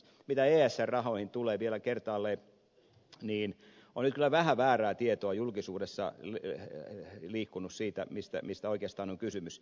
mitä esr rahoihin tulee vielä kertaalleen on nyt kyllä vähän väärää tietoa julkisuudessa liikkunut siitä mistä oikeastaan on kysymys